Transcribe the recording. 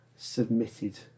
submitted